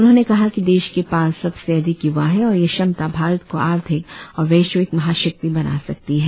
उन्होंने कहा कि देश के पास सबसे अधिक युवा हैं और यह क्षमता भारत को आर्थिक और वैश्विक महाशक्ति बना सकती है